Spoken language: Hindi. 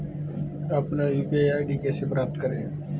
अपना यू.पी.आई आई.डी कैसे प्राप्त करें?